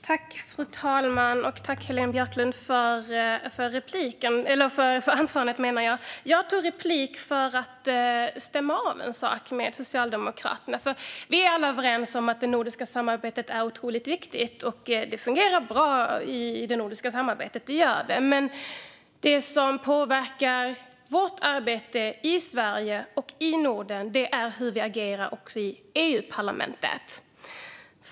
Fru talman! Jag tackar Heléne Björklund för hennes anförande. Jag begärde replik för att stämma av en sak med Socialdemokraterna. Vi är alla överens om att det nordiska samarbetet är otroligt viktigt, och det fungerar bra. Men det som också påverkar vårt arbete i Sverige och i Norden är hur vi agerar i EU-parlamentet.